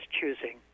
choosing